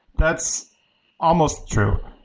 that's almost true.